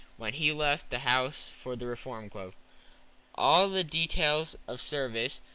when he left the house for the reform club all the details of service,